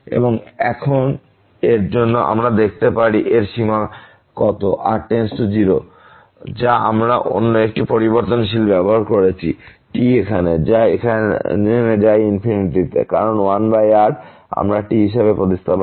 এবং এখন এর জন্য আমরা দেখতে পারি এর সীমা কত r → 0 এই 2e 1r2r4 যা আমরা অন্য একটি পরিবর্তনশীল ব্যবহার করেছি t এখানে যা যায় কারণ 1r আমরা t হিসাবে প্রতিস্থাপন করছি